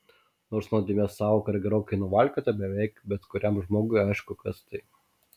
nors nuodėmės sąvoka yra gerokai nuvalkiota beveik bet kuriam žmogui aišku kas tai